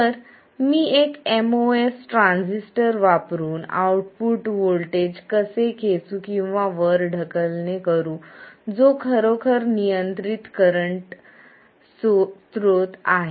तर मी एक एमओएस ट्रान्झिस्टर वापरुन आउटपुट व्होल्टेज कसे खेचू किंवा वर ढकलणे करू जो खरोखर नियंत्रित करंट स्त्रोत आहे